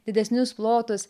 didesnius plotus